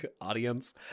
audience